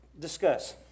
discuss